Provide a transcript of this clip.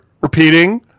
repeating